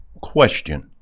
question